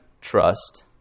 trust